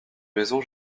maisons